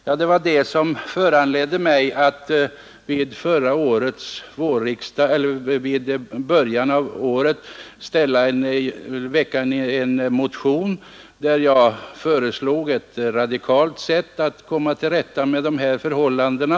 Det uttalandet föranledde mig att vid början av förra året väcka en motion, där jag föreslog ett radikalt sätt att komma till rätta med de här förhållandena.